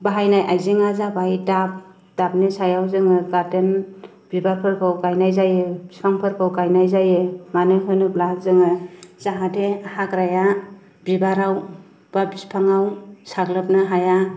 बाहायनाय आइजेङा जाबाय टाब टाबनि सायाव जोङो गार्देन बिबारफोरखौ गायनाय जायो बिफांफोरखौ गायनाय जायो मानो होनोब्ला जोङो जाहाथे हाग्राया बिबाराव बा बिफाङाव साग्लोबनो हाया